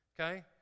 Okay